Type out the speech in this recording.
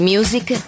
Music